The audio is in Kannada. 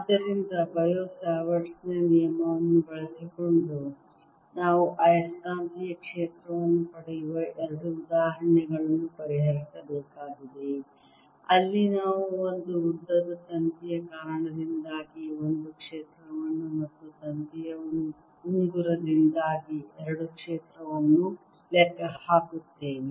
ಆದ್ದರಿಂದ ಬಯೋ ಸಾವರ್ಟ್ ನ ನಿಯಮವನ್ನು ಬಳಸಿಕೊಂಡು ನಾವು ಆಯಸ್ಕಾಂತೀಯ ಕ್ಷೇತ್ರವನ್ನು ಪಡೆಯುವ ಎರಡು ಉದಾಹರಣೆಗಳನ್ನು ಪರಿಹರಿಸಬೇಕಾಗಿದೆ ಅಲ್ಲಿ ನಾವು ಒಂದು ಉದ್ದದ ತಂತಿಯ ಕಾರಣದಿಂದಾಗಿ ಒಂದು ಕ್ಷೇತ್ರವನ್ನು ಮತ್ತು ತಂತಿಯ ಉಂಗುರದಿಂದಾಗಿ ಎರಡು ಕ್ಷೇತ್ರವನ್ನು ಲೆಕ್ಕ ಹಾಕುತ್ತೇವೆ